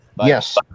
yes